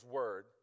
word